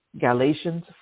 Galatians